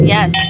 Yes